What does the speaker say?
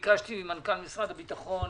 ביקשתי ממנכ"לי משרדי הביטחון